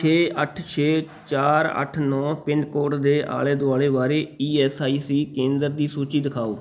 ਛੇ ਅੱਠ ਛੇ ਚਾਰ ਅੱਠ ਨੌ ਪਿੰਨ ਕੋਡ ਦੇ ਆਲੇ ਦੁਆਲੇ ਬਾਰੇ ਈ ਐੱਸ ਆਈ ਸੀ ਕੇਂਦਰ ਦੀ ਸੂਚੀ ਦਿਖਾਓ